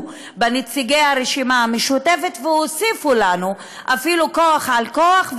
בנציגי הרשימה המשותפת והוסיפו לנו אפילו כוח על כוח,